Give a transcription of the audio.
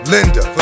Linda